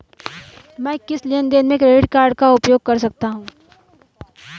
मैं किस लेनदेन में क्रेडिट कार्ड का उपयोग कर सकता हूं?